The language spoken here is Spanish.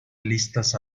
listas